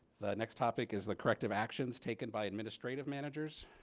the next topic is the corrective actions taken by administrative managers.